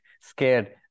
scared